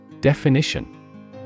Definition